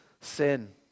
sin